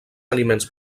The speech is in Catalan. aliments